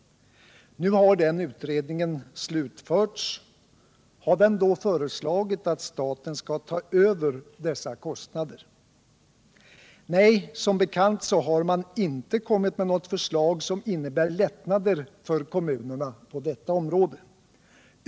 Nu har den utredningen slutförts. Har den då föreslagit att staten skall ta över dessa kostnader? Nej, som bekant har man inte lagt fram något förslag som innebär lättnader för kommunerna på detta område.